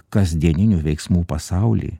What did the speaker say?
kasdieninių veiksmų pasaulį